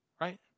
Right